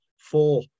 four